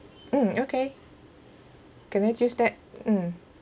mm okay can I choose that mm